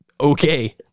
Okay